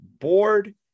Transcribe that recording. board –